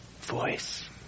voice